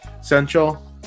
central